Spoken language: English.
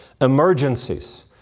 Emergencies